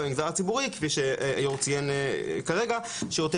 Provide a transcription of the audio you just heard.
במגזר הציבורי כפי שהיו"ר ציין כרגע שירותי